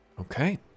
Okay